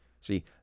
See